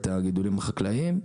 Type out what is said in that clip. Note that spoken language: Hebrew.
את הגידולים החקלאיים.